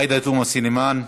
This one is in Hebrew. עאידה תומא סלימאן,